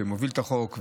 שמוביל את החוק,